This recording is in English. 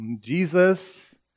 Jesus